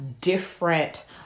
different